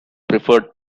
preferred